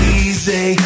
easy